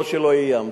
ולא שלא איימתי.